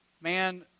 Man